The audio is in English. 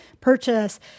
purchase